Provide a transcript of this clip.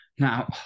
Now